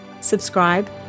subscribe